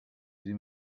sie